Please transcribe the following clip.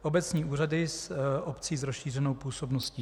Obecní úřady obcí s rozšířenou působností: